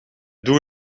doe